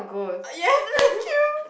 ya thank you